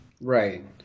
Right